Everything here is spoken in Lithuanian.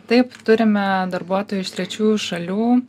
taip turime darbuotojų iš trečiųjų šalių